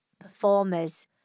performers